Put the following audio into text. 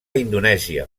indonèsia